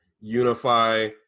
unify